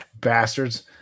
Bastards